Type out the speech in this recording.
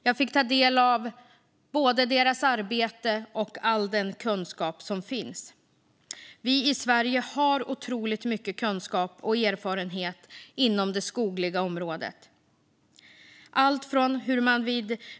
Jag fick ta del av deras arbete och all den kunskap som finns. Vi i Sverige har otroligt mycket kunskap och erfarenhet inom det skogliga området.